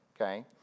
okay